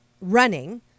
running